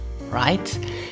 right